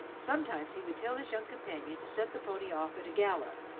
sometimes he would tell his young companion to set the pony off at a gallop,